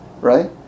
Right